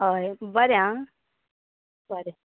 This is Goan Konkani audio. हय बरें आं बरें